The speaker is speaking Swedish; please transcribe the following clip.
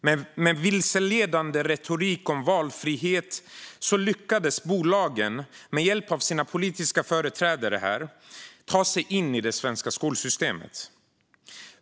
Med vilseledande retorik om valfrihet lyckades bolagen, med hjälp av sina politiska företrädare här, ta sig in i det svenska skolsystemet.